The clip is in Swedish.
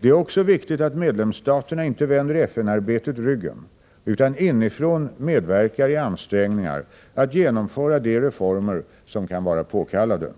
Det är också viktigt att medlemsstaterna inte vänder FN-arbetet ryggen utan inifrån medverkar i ansträngningar att genomföra de reformer som kan vara påkallade.